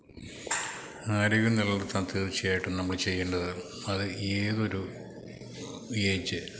ആരോഗ്യം നിലനിർത്താൻ തീർച്ചയായിട്ടും നമ്മൾ ചെയ്യേണ്ടത് അത് ഏതൊരു ഏജ്